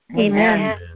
Amen